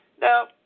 Now